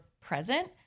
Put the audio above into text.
present